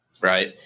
right